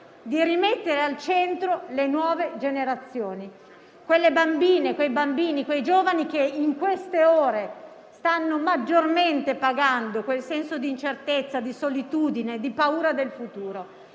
di rimettere al centro le nuove generazioni, quelle bambine, quei bambini e quei giovani che in queste ore stanno maggiormente pagando il senso di incertezza, di solitudine e di paura del futuro.